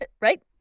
right